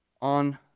on